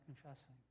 confessing